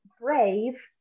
brave